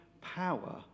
power